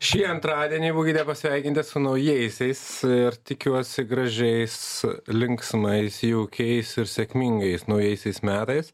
šį antradienį būkite pasveikinti su naujaisiais ir tikiuosi gražiais linksmais jaukiais ir sėkmingais naujaisiais metais